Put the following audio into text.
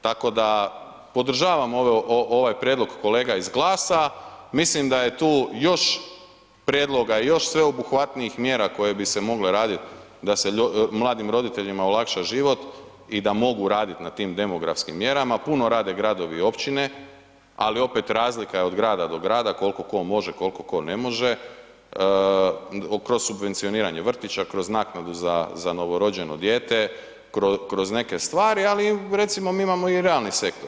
Tako da podržavam ovaj prijedlog kolega iz GLAS-a, mislim da je tu još prijedloga, još sveobuhvatnijih mjera koje bi se mogle raditi da se mladim roditeljima olakša život i da mogu raditi na tim demografskim mjerama, puno rade gradovi i općine, ali opet razlika je od grada do grada, koliko tko može, koliko tko ne može, kroz subvencioniranje vrtića, kroz naknadu za novorođeno dijete, kroz neke stvari, ali recimo mi imamo i realni sektor.